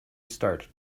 start